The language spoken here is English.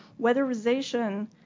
Weatherization